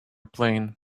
plane